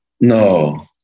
no